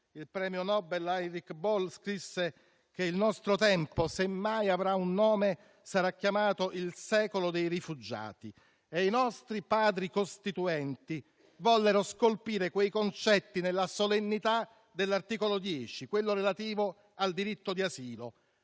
Il premio Nobel Heinrich Böll scrisse che il nostro tempo, semmai avrà un nome, sarà chiamato il secolo dei rifugiati. I nostri Padri costituenti vollero scolpire quei concetti nella solennità dell'articolo 10, quello relativo al diritto d'asilo;